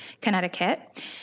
Connecticut